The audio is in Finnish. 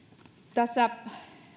tässä